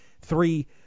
three